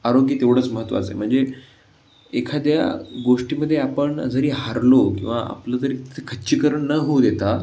आरोग्य तेवढंच महत्वाचं आहे म्हणजे एखाद्या गोष्टीमध्ये आपण जरी हारलो किंवा आपलं जरी तिथे खच्चीकरण न होऊ देता